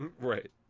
right